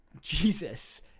jesus